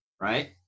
right